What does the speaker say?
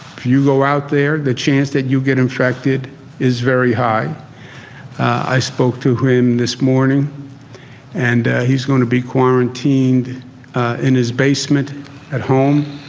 if you go out there, the chance that you get infected is very high i spoke to him this morning and he's gonna be quarantined in his basement at home